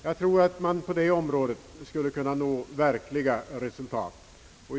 Jag tror att man på det området skulle kunna nå goda resultat.